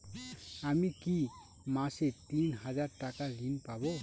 আমি কি মাসে তিন হাজার টাকার ঋণ পাবো?